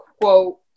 quote